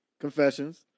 confessions